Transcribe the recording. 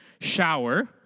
shower